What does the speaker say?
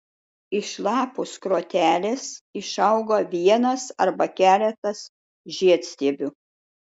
iš lapų skrotelės išauga vienas arba keletas žiedstiebių